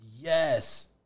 Yes